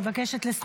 אני מבקשת לסיים.